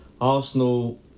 Arsenal